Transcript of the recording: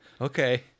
Okay